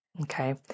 okay